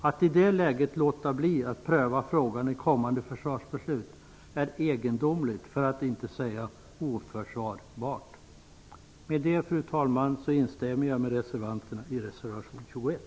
Att i det läget låta bli att pröva frågan i kommande försvarsbeslut är egendomligt, för att inte säga oförsvarbart. Fru talman! Med detta instämmer jag med reservanterna i reservation 21.